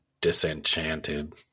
disenchanted